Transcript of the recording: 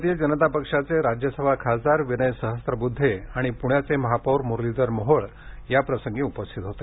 भारतीय जनता पक्षाचे राज्यसभा खासदार विनय सहस्त्रबुद्धे आणि पुण्याचे महापौर मुरलीधर मोहोळ याप्रसंगी उपस्थित होते